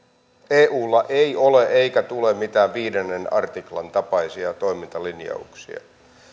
eulla ei ole eikä tule mitään viidennen artiklan tapaisia toimintalinjauksia